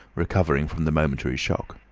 recovering from the momentary shock.